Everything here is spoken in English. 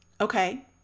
Okay